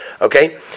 Okay